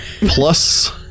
Plus